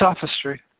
sophistry